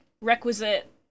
requisite